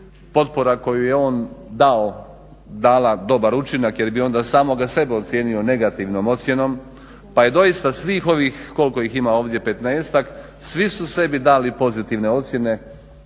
potpora koju je on dao dala dobar učinaka jer bi onda samoga sebe ocijenio negativnom ocjenom pa je doista svih ovih koliko ih ima ovdje 15 svi su sebi dali pozitivne ocijene